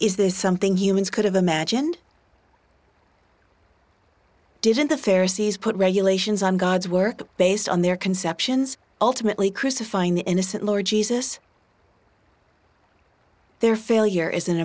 is this something humans could have imagined didn't the fair cities put regulations on god's work based on their conceptions ultimately crucifying innocent lord jesus their failure is